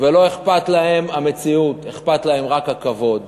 ולא אכפת להם המציאות, אכפת להם רק הכבוד